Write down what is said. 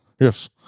yes